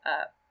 up